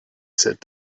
sit